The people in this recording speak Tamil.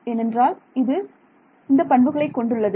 ஏனென்றால் இது இந்த பண்புகளை கொண்டுள்ளது